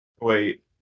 Wait